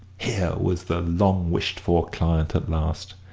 here was the long-wished-for client at last!